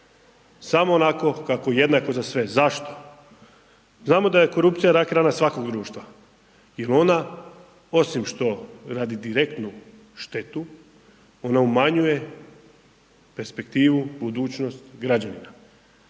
samo onako kako je jednako za sve. Zašto? Znamo da je korupcija rak rana svakog društva, jer ona osim što radi direktnu štetu ona umanjuje perspektivu, budućnost građanima.